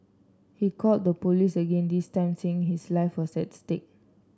he called the police again this time saying his life was at stake